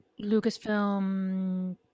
Lucasfilm